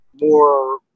more